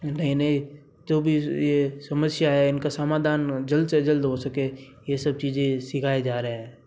नए नए जो भी ये समस्या है इनका समाधान जल्द से जल्द हो सके ये सब चीज़ें सिखाए जा रहा है